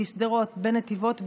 בשדרות ובנתיבות,